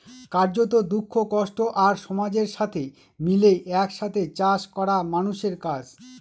কার্যত, দুঃখ, কষ্ট আর সমাজের সাথে মিলে এক সাথে চাষ করা মানুষের কাজ